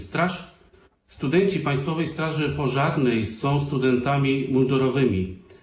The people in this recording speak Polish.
Studenci Państwowej Straży Pożarnej są studentami mundurowymi.